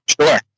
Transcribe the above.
Sure